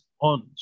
on